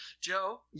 Joe